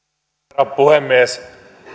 arvoisa herra puhemies